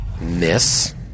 Miss